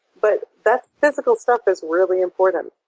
but that physical stuff is really important.